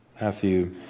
Matthew